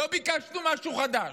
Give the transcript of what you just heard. לא ביקשנו משהו חדש,